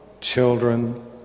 children